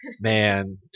Man